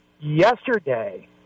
yesterday